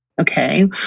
Okay